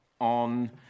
on